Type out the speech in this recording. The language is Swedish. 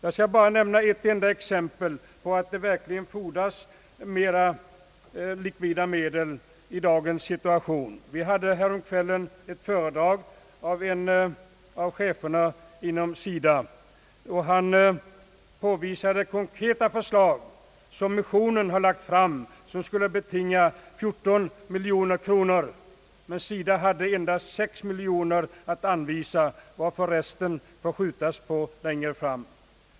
Jag skall nämna bara ett enda exempel på att det verkligen fordras mer v likvida medel i dagens situation. Vi hörde häromkvällen ett föredrag av en av cheferna inom SIDA. Han pekade på konkreta förslag som missionen lagt fram och som skulle kosta 14 miljoner kronor, men SIDA hade endast 6 miljoner att anvisa, varför resten får uppskjutas till längre fram.